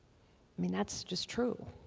mean, that's just true.